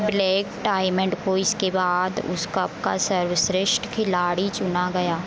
black diamond को इसके बाद उस कप का सर्वश्रेष्ठ खिलाड़ी चुना गया